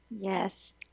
Yes